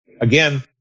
Again